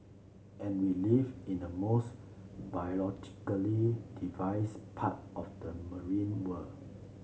and we live in the most biologically diverse part of the marine world